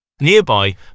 Nearby